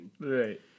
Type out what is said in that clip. Right